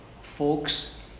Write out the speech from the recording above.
Folks